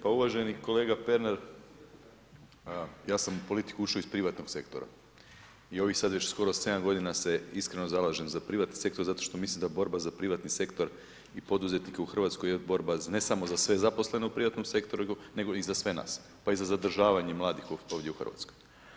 Pa uvaženi kolega Pernar, ja sam u politiku ušao iz privatnog sektora i ovih sad već skoro 7 godina se iskreno zalažem za privatni sektor zato što mislim da borba za privatni sektor i poduzetnike u Hrvatskoj je borba ne samo za sve zaposlene u privatnom sektoru, nego i za sve nas pa i za zadržavanje mladih ovdje u Hrvatskoj.